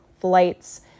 flights